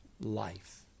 life